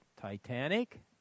Titanic